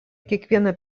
kiekvieną